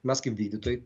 mes kaip vykdytojai